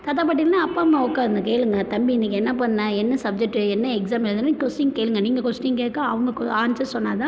தாத்தா பாட்டி இல்லைன்னா அப்பா அம்மா உட்காந்து கேளுங்கள் தம்பி இன்னைக்கி என்ன பண்ணே என்ன சப்ஜெட்டு என்ன எக்ஸாம் எழுதுனன்னு கொஸ்டீன் கேளுங்கள் நீங்கள் கொஸ்டீன் கேட்க அவங்க ஆன்சர் சொன்னால் தான்